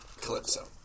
Calypso